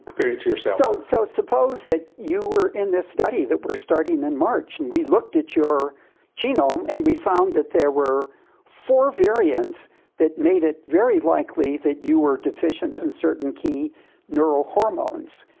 comparing it to yourself. so so suppose that you were in this study that we're starting in march, and we looked at your genome and we found that there were four variants that made it very likely that you were deficient in certain key neurohormones.